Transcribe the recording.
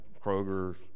kroger's